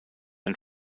ein